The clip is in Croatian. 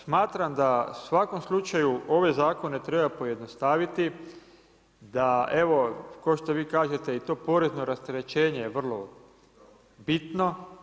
Smatram da u svakom slučaju ove zakone treba pojednostaviti da evo kao što vi kažete i to porezno rasterećenje je vrlo bitno.